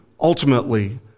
ultimately